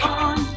on